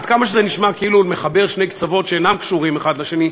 עד כמה שזה נשמע מחבר קצוות שאינם קשורים האחד לשני,